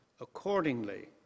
Accordingly